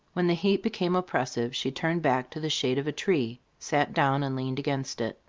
when the heat became oppressive, she turned back to the shade of a tree, sat down, and leaned against it.